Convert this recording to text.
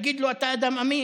להגיד לו: אתה אדם אמיץ,